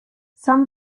some